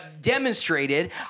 demonstrated